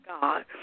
God